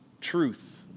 truth